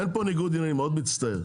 אין פה ניגוד עניינים, מאוד מצטער.